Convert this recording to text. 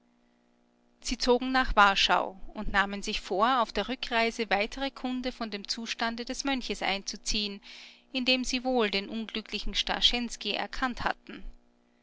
sie zogen nach warschau und nahmen sich vor auf der rückreise weitere kunde von dem zustande des mönches einzuziehen in dem sie wohl den unglücklichen starschensky erkannt hatten